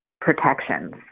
protections